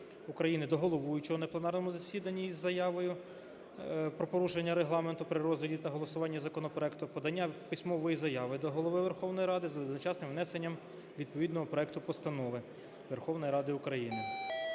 до головуючого на пленарному засіданні із заявою про порушення Регламенту при розгляді та голосуванні законопроекту, подання письмової заяви до Голови Верховної Ради з одночасним внесенням відповідного проекту постанови Верховної Ради України.